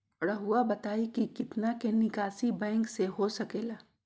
रहुआ बताइं कि कितना के निकासी बैंक से हो सके ला?